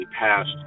passed